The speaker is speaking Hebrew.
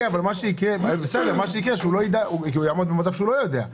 בסדר, אבל הוא יהיה במצב שהוא לא יודע.